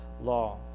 law